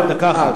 עוד דקה אחת.